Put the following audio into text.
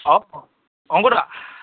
অঁ অংকু দা